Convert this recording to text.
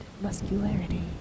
muscularity